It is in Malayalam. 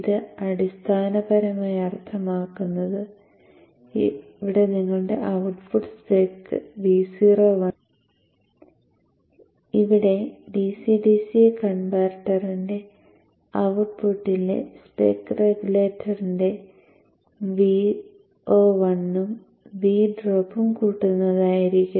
ഇത് അടിസ്ഥാനപരമായി അർത്ഥമാക്കുന്നത് ഇവിടെ നിങ്ങളുടെ ഔട്ട്പുട്ട് സ്പെക് Vo1 ഇവിടെ DC DC കൺവെർട്ടറിന്റെ ഔട്ട്പുട്ടിലെ സ്പെക് റെഗുലേറ്ററിന്റെ Vo1 ഉം V ഡ്രോപ്പും കൂട്ടുന്നതായിരിക്കും